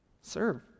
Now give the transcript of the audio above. Serve